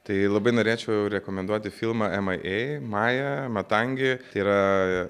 tai labai norėčiau rekomenduoti filmą em ai ei maja matangi yra